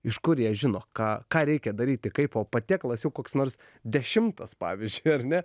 iš kur jie žino ką ką reikia daryti kaipo patiekalas jau koks nors dešimtas pavyzdžiui ar ne